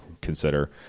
consider